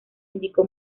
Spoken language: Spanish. indicó